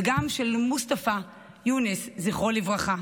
וגם של מוסטפא יונס, זכרו לברכה,